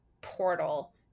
portal